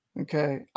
Okay